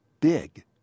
big